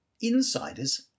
insiders